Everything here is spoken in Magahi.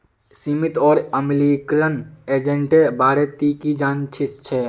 सीमित और अम्लीकरण एजेंटेर बारे ती की जानछीस हैय